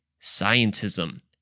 scientism